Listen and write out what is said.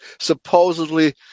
supposedly